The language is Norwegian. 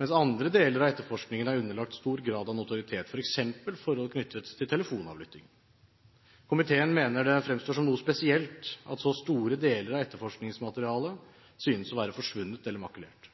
mens andre deler av etterforskningen er underlagt stor grad av notoritet, f.eks. forhold knyttet til telefonavlytting. Komiteen mener det fremstår som noe spesielt at så store deler av etterforskningsmaterialet synes å være forsvunnet eller makulert.